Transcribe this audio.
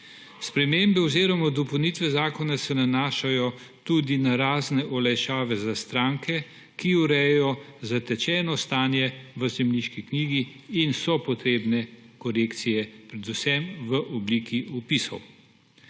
Spremembe oziroma dopolnitve zakona se nanašajo tudi na razne olajšave za stranke, ki urejajo zatečeno stanje v zemljiški knjigi in so potrebne korekcije, predvsem v obliki vpisov.